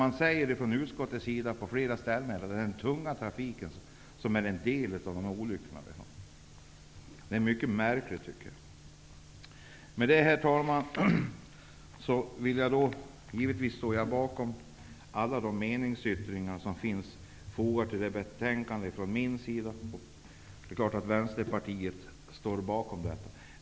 Man säger från utskottets sida på flera punkter att den tunga trafiken har en del i trafikolyckorna. Detta är mycket märkligt, tycker jag. Givetvis står jag bakom alla de meningsyttringar av mig som finns fogade till betänkandet. Vänsterpartiet står självklart bakom dessa.